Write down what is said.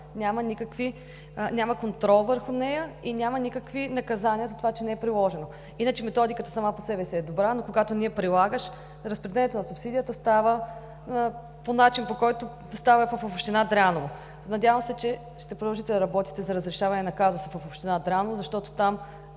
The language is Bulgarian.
не се прилага, няма контрол върху нея и няма никакви наказания за това, че не е приложена. Иначе методиката сама по себе си е добра, но когато не я прилагаш, разпределението на субсидията става по начина, по който става в община Дряново. Надявам се, че ще продължите да работите за разрешаване на казуса в община Дряново, защото там